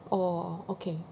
oh okay